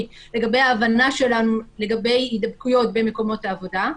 לגבי המצב שלנו לגבי הידבקויות במקומות העבודה,